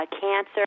cancer